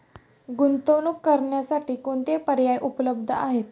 गुंतवणूक करण्यासाठी कोणते पर्याय उपलब्ध आहेत?